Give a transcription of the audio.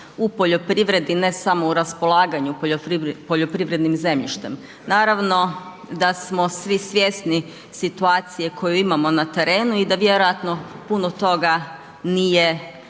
u poljoprivredni, ne samo u raspolaganju poljoprivrednim zemljištem. Naravno, da smo svi svjesni situacije koju imamo na terenu i da vjerojatno puno toga nije